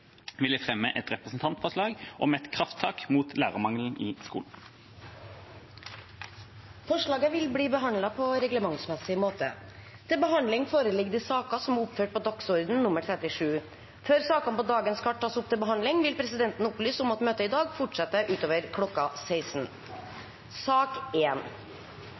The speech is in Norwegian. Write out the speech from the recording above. vil jeg fremme et representantforslag om krafttak mot lærermangel i skolen. Forslaget vil bli behandlet på reglementsmessig måte. Før sakene på dagens kart tas opp til behandling, vil presidenten opplyse om at møtet i dag fortsetter utover kl. 16.